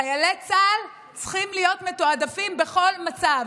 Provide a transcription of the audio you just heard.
חיילי צה"ל צריכים להיות מתועדפים בכל מצב.